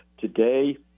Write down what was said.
Today